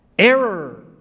Error